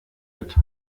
mit